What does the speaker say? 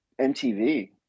MTV